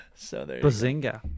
Bazinga